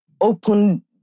open